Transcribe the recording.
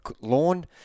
lawn